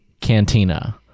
Cantina